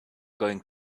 going